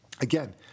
Again